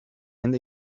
and